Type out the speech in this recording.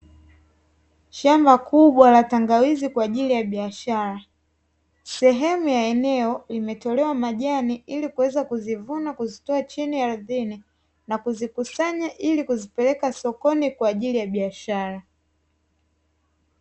Shamba kubwa la tangawizi kwa ajili ya biashara. Sehemu ya eneo imetolewa majani ili kuweza kuzivuna kuzitoa chini ardhini na kuzikusanya ili kuzipeleka sokoni kwa ajili ya biashara.